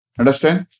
Understand